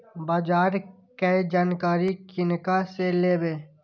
बाजार कै जानकारी किनका से लेवे?